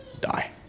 die